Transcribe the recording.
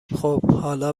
خوب، حالا